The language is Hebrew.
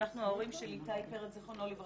אנחנו ההורים של איתי פרץ ז"ל.